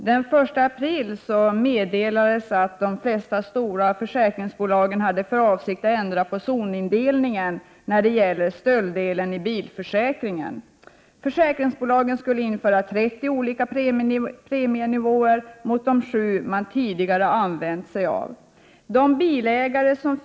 Herr talman! Den 1 april meddelades att de flesta stora försäkringsbolagen hade för avsikt att ändra på zonindelningen när det gäller stölddelen i bilförsäkringen. Försäkringsbolagen skulle införa 30 olika premienivåer, mot de tidigare sju. De bilägare som finns i områden med ungdomsvårdssko Prot.